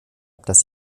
dass